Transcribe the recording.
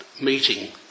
meeting